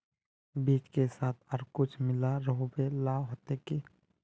बीज के साथ आर कुछ मिला रोहबे ला होते की?